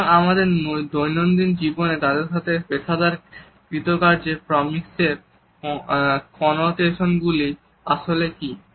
সুতরাং আমাদের দৈনন্দিন জীবনে এবং তার সাথে পেশাদার কৃতকার্যে প্রক্সেমিকস এর কনোটেশনগুলি আসলে কি